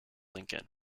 lincoln